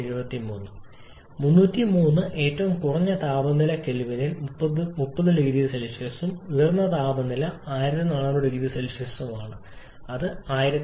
303 K ഏറ്റവും കുറഞ്ഞ താപനില കെൽവിനിൽ 30 0C ഉം ഉയർന്ന താപനില 14000C ഉം ആണ് 1673 K